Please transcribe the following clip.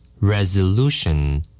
Resolution